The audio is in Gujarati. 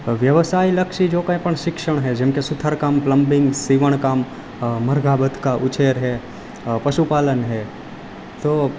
વ્યવસાયલક્ષી જો કંઈપણ શિક્ષણ છે જેમકે સુથાર કામ પ્લમ્બિંગ સીવણ કામ મરઘાં બતકા ઉછેર છે પશુપાલન છે તો